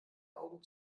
augen